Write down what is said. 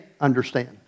understand